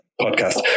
podcast